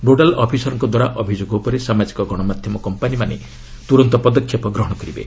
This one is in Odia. ନୋଡାଲ୍ ଅଫିସରଙ୍କଦ୍ୱାରା ଅଭିଯୋଗ ଉପରେ ସାମାଜିକ ଗଣମାଧ୍ୟମ କମ୍ପାନୀମାନେ ତୁରନ୍ତ ପଦକ୍ଷେପ ଗ୍ରହଣ କରିବେ